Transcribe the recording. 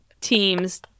teams